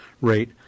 rate